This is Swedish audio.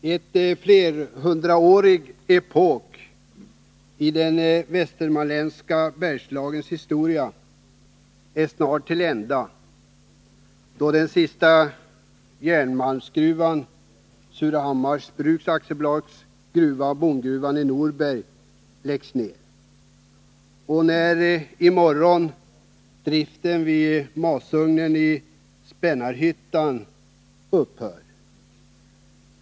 Herr talman! En flerhundraårig epok i den västmanländska Bergslagens historia är till ända då den sista järnmalmsgruvan, Surahammars bruks AB:s gruva, Bondgruvan i Norberg, läggs ned och när i morgon driften vid masugnen i Spännarhyttan upphör.